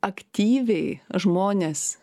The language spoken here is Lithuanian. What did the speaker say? aktyviai žmonės